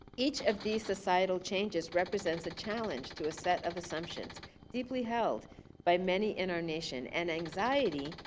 each of these societal changes represents a challenge to a set of assumptions deeply held by many in our nation. and anxiety,